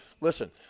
listen